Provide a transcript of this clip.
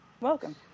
welcome